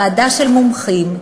ועדה של מומחים,